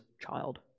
child